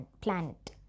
planet